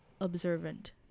observant